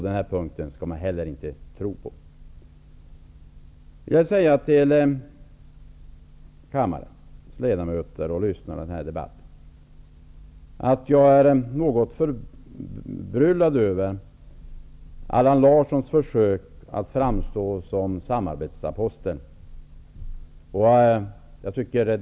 Det skall man inte göra i det här fallet heller. Jag är något förbryllad över Allan Larssons försök att framstå som samarbetsaposteln.